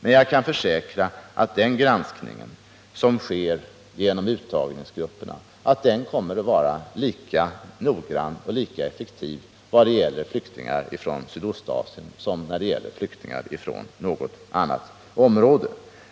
Men jag kan försäkra att den granskning som sker genom uttagningsgrupperna kommer att vara lika noggrann och effektiv vad gäller flyktingar från Sydostasien som när det gäller flyktingar från något annat område.